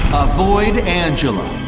avoid angela